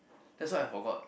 that's why I forgot